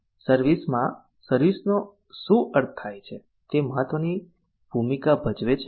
service માં service નો શું અર્થ થાય છે તે મહત્વની ભૂમિકા ભજવે છે